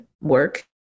work